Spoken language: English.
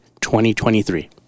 2023